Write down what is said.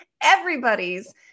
Everybody's